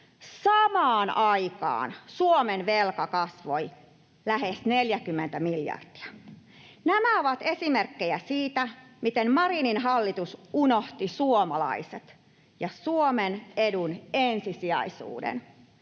Samaan aikaan Suomen velka kasvoi lähes 40 miljardilla. Nämä ovat esimerkkejä siitä, miten Marinin hallitus unohti suomalaiset ja Suomen edun ensisijaisuuden.